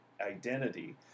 identity